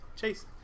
Chase